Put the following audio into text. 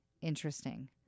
interesting